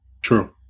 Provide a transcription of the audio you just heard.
True